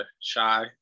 Shy